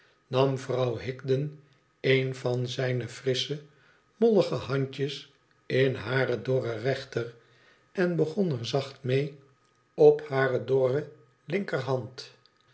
nam vrouw higden een van zijne frissche mollige handjes in hare dorre rechter en begon er zacht mee op hare dorre imkerhand